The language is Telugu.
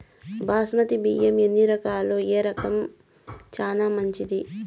బాస్మతి బియ్యం ఎన్ని రకాలు, ఏ రకం చానా మంచిది?